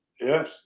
yes